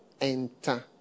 enter